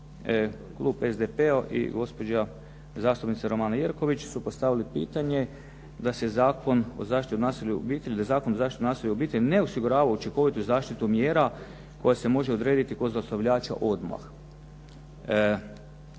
klub SDP-a i gospođa zastupnica Romana Jerković su postavili pitanje da se Zakon o zaštiti u nasilju u obitelji ne osigurava učinkovitu zaštitu mjera koja se može odrediti kod zlostavljača odmah.